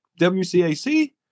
WCAC